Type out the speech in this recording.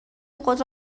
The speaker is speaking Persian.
خود